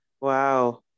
Wow